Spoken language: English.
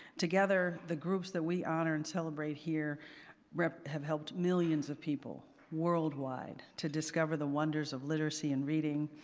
together, the groups that we honor and celebrate here rep have helped millions of people, worldwide, to discover the wonders of literacy and reading.